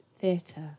theatre